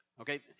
Okay